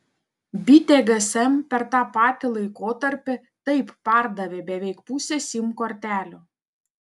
bitė gsm per tą patį laikotarpį taip pardavė beveik pusę sim kortelių